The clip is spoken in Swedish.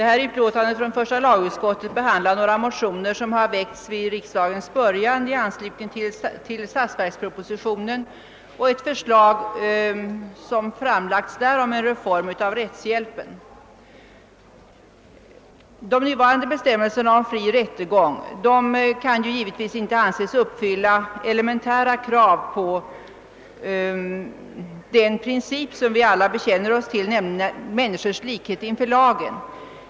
början i anslutning till ett förslag i statsverkspropositionen om en reform av rättshjälpen. De nuvarande bestämmelserna om fri rättegång kan givetvis inte anses uppfylla elementära krav på tillämpande av den princip som vi alla bekänner oss till, nämligen människors likhet inför lagen.